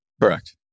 correct